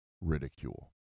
ridicule